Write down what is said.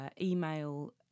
email